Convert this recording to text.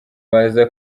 baza